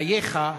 אייכה,